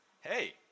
hey